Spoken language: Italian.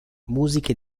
musiche